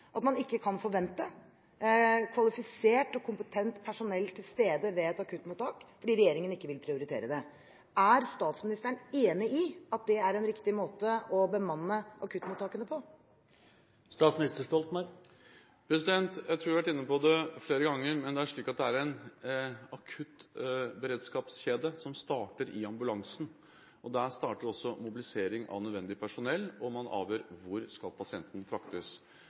at man ikke kan forvente kvalifisert og kompetent personell til stede ved et akuttmottak fordi regjeringen ikke vil prioritere det. Er statsministeren enig i at det er en riktig måte å bemanne akuttmottakene på? Jeg tror jeg har vært inne på det flere ganger: Det er slik at en akuttberedskapskjede starter i ambulansen. Da starter også mobilisering av nødvendig personell, og man avgjør hvor pasienten skal fraktes.